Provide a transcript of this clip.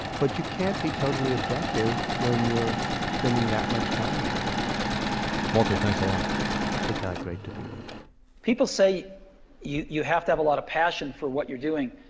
but you can't be totally objective when you're spending that much time with a person walter, thanks a lot hey kai, great to be with you people say you you have to have a lot of passion for what you're doing,